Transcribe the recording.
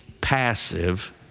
passive